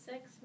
Six